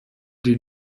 die